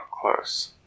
close